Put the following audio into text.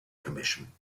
commission